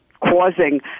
causing